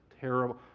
terrible